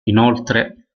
inoltre